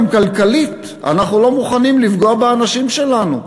גם כלכלית אנחנו לא מוכנים לפגוע באנשים שלנו.